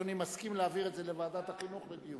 אדוני מסכים להעביר את זה לוועדת החינוך לדיון.